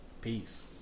Peace